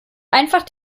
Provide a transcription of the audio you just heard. einfach